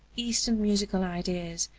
eastern musical ideas,